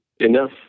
enough